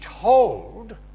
told